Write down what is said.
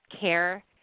care